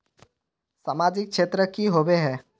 सामाजिक क्षेत्र की होबे है?